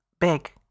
big